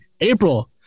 April